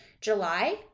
July